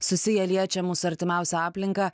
susiję liečia mūsų artimiausią aplinką